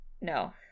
no